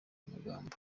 magambo